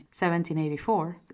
1784